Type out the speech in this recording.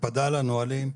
הקפדה על הנהלים,